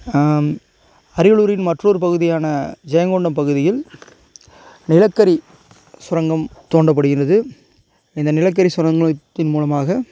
அரியலூரின் மற்றொரு பகுதியான ஜெயங்கொண்டம் பகுதியில் நிலக்கரி சுரங்கம் தோண்டப்படுகிறது இந்த நிலக்கரி சுரங்கத்தின் மூலமாக